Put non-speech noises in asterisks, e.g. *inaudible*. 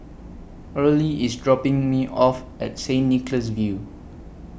*noise* Earlie IS dropping Me off At Saint Nicholas View